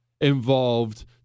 involved